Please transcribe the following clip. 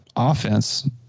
offense